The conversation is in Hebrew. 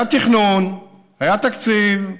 היה תכנון, היה תקציב,